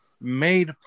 made